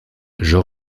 jean